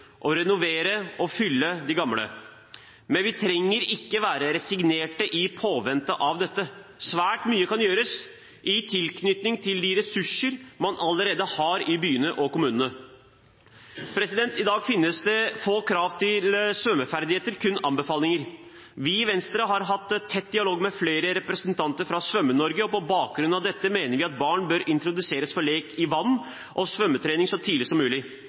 renovere de gamle og fylle bassengene. Men vi trenger ikke være resignerte i påvente av dette. Svært mye kan gjøres i tilknytning til de ressurser man allerede har i byene og kommunene. I dag finnes det få krav til svømmeferdigheter, kun anbefalinger. Vi i Venstre har hatt tett dialog med flere representanter fra Svømme-Norge, og på bakgrunn av dette mener vi at barn bør introduseres for lek i vann og svømmetrening så tidlig som mulig.